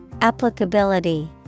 Applicability